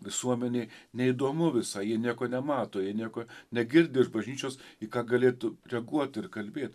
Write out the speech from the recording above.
visuomenei neįdomu visai jie nieko nemato jie nieko negirdi iš bažnyčios į ką galėtų reaguoti ir kalbėt